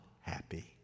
happy